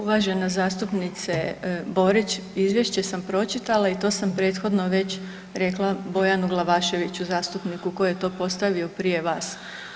Uvažena zastupnice Borić, izvješće sam pročitala i to sam prethodno već rekla Bojanu Glavaševiću, zastupniku koji je to postavio prije vas.